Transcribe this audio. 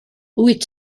wyt